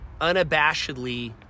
unabashedly